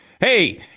hey